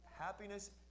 Happiness